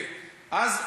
חיילת.